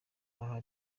aha